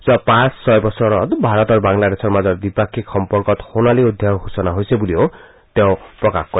যোৱা পাঁচ ছয় বাৰত ভাৰত আৰু বাংলাদেশৰ মাজৰ দ্বিপাক্ষিক সম্পৰ্কত সোণালী অধ্যায়ৰ সূচনা হৈছে বুলিও তেওঁ প্ৰকাশ কৰে